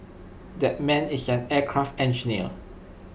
that man is an aircraft engineer